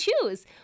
choose